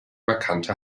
markante